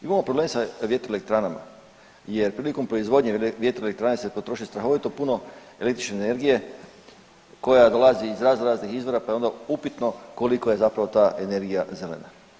Imamo problem sa vjetroelektranama jer prilikom proizvodnje vjetroelektrane se potroši strahovito puno električne energije koja dolazi iz raznoraznih izvora pa je onda upitno koliko je zapravo ta energija zelena.